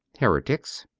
heretics.